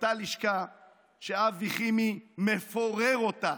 אותה לשכה שאבי חימי מפורר אותה,